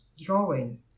drawing